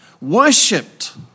worshipped